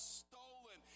stolen